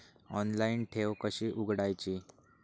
Online ठेव कशी उघडायची?